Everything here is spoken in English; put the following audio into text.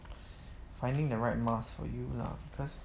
finding the right mask for you lah because